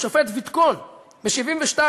השופט ויתקון ב-1972